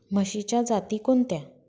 म्हशीच्या जाती कोणत्या?